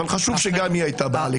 אבל חשוב שגם היא הייתה באה לכאן.